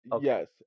yes